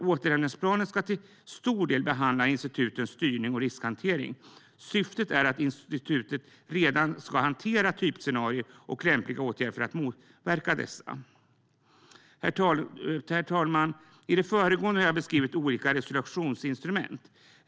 Återhämtningsplanen ska till stor del behandla institutens styrning och riskhantering. Syftet är att instituten redan ska hantera typscenarier och lämpliga åtgärder för att motverka dessa. Herr talman! I det föregående har jag beskrivit olika resolutionsinstrument.